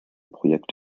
projekt